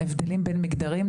הבדלים בין מגדרים,